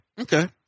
Okay